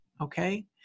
Okay